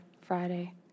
Friday